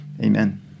Amen